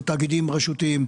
לתאגידים רשותיים,